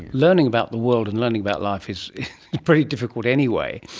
learning about the world and learning about life is pretty difficult anyway,